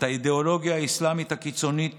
את האידיאולוגיה האסלאמית הקיצונית